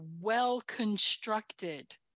well-constructed